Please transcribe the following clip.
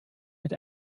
mit